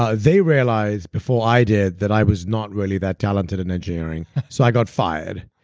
ah they realized before i did that i was not really that talented in engineering, so i got fired.